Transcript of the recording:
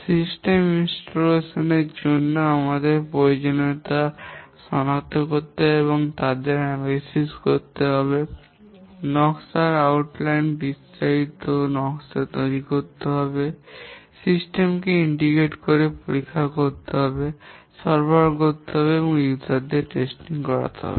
system ইনস্টলেশনের জন্য আমাদের প্রয়োজনীয়তাগুলি সনাক্ত করতে হবে তাদের বিশ্লেষণ করতে হবে নকশার রূপরেখা বিস্তারিত নকশা তৈরি করতে হবে সিস্টেমকে সংহত করে পরীক্ষা করতে হবে সরবরাহ করতে হবে এবং ব্যবহারকারী দের পরীক্ষামূলক করতে হবে